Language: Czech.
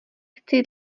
chci